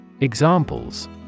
Examples